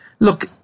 Look